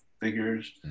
figures